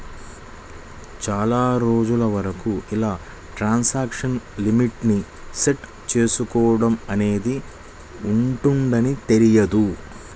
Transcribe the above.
చాలా రోజుల వరకు ఇలా ట్రాన్సాక్షన్ లిమిట్ ని సెట్ చేసుకోడం అనేది ఉంటదని తెలియదు